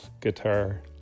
guitar